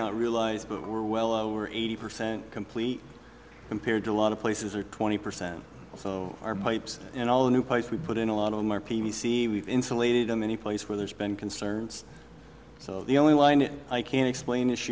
not realize but we're well over eighty percent complete compared to a lot of places are twenty percent so our pipes and all the new pipes we put in a lot on my p c we've insulated them anyplace where there's been concerns so the only wind it i can explain this